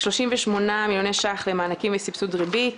38 מיליון שקלים למענקים לסבסוד ריבית,